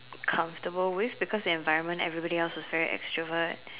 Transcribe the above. comfortable with because the environment everybody else was very extrovert